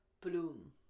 Bloom